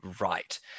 right